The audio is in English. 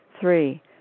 Three